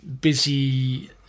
busy